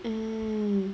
mm